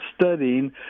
studying